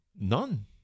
None